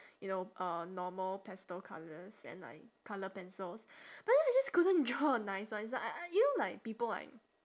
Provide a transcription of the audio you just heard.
you know uh normal pastel colours and like colour pencils but then I just couldn't draw a nice one it's like I you know like people like